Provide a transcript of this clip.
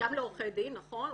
גם לעורכי דין, נכון.